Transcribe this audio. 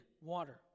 water